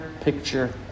picture